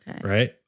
Right